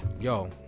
yo